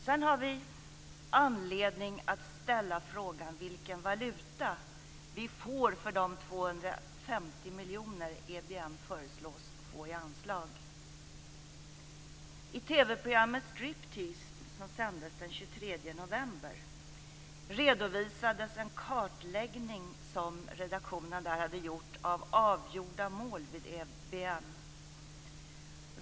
Sedan har vi anledning att ställa frågan vilken valuta vi får för de 250 miljoner EBM föreslås få i anslag. I TV-programmet Striptease som sändes den 23 november redovisades en kartläggning som redaktionen hade gjort av avgjorda mål vid EBM.